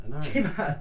Tim